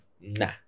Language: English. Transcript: Nah